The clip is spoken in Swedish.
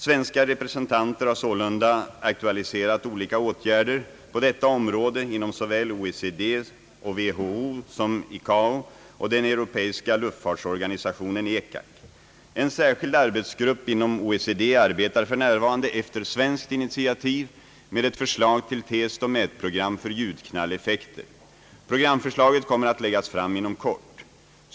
Svenska representanter har sålunda aktualiserat olika åtgärder på detta område inom såväl OECD och WHO som ICAO och den europeiska luftfartsorganisationen, ECAC. En särskild arbetsgrupp inom OECD arbetar f. n. efter svenskt initiativ med ett förslag till testoch mätprogram för ljudknalleffekter. Programförslaget kommer att läggas fram inom kort.